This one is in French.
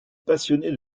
passionné